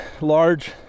large